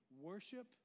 worship